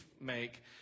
make